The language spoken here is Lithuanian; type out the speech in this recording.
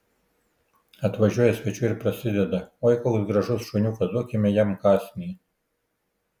atvažiuoja svečių ir prasideda oi koks gražus šuniukas duokime jam kąsnį